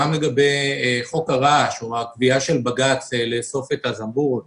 גם לגבי חוק הרעש או הקביעה של בג"ץ לאסוף את הזמבורות